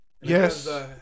Yes